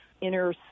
inner